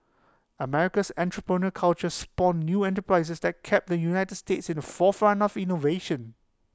America's entrepreneurial culture spawned new enterprises that kept the united states in the forefront of innovation